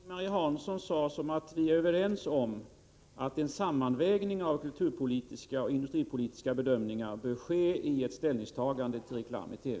Fru talman! Jag uppfattar vad Ing-Marie Hansson sade så, att vi är överens om att en sammanvägning av kulturpolitiska och industripolitiska bedömningar bör ske vid ett ställningstagande till reklam i TV.